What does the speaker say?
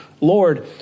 Lord